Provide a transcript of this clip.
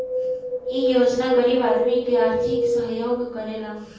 इ योजना गरीब आदमी के आर्थिक सहयोग करेला